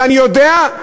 ואני יודע,